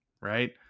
right